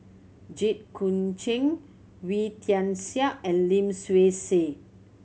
Jit Koon Ch'ng Wee Tian Siak and Lim Swee Say